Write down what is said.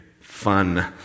fun